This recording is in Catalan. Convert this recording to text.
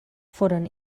foren